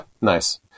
nice